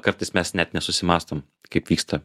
kartais mes net nesusimąstom kaip vyksta